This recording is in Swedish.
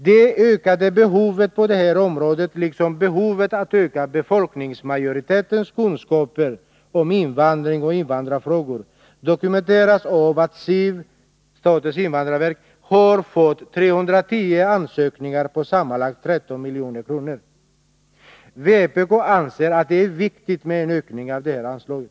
Det ökade behovet på det här området, liksom behovet av att öka befolkningsmajoritetens kunskaper om invandring och invandrarfrågor, dokumenteras av att SIV har fått 310 ansökningar på sammanlagt 13 milj.kr. Vpk anser att det är viktigt med en ökning av det här anslaget.